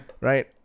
Right